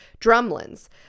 drumlins